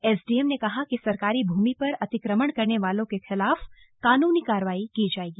SDM ने कहा कि सरकारी भूमि पर अतिक्रमण करने वालों के खिलाफ कानूनी कार्रवाई की जाएगी